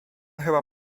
chyba